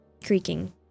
Creaking